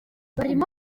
barimo